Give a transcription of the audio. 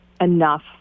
enough